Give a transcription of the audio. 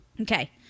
Okay